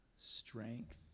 strength